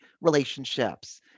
relationships